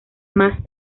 más